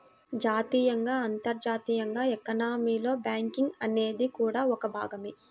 జాతీయంగా, అంతర్జాతీయంగా ఎకానమీలో బ్యాంకింగ్ అనేది కూడా ఒక భాగమే